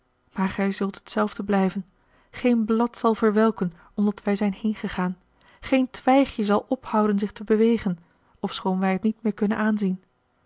maar gij zult hetzelfde blijven geen blad zal verwelken omdat wij zijn heengegaan geen twijgje zal ophouden zich te bewegen ofschoon wij het niet meer kunnen aanzien